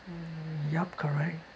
mm yup correct